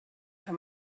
kann